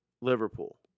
Liverpool